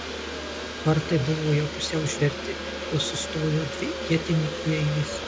vartai buvo jau pusiau užverti juos užstojo dvi ietininkų eilės